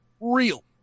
real